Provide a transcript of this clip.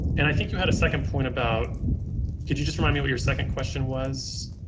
and i think you had a second point about could you just remind me what your second question was?